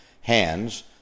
hands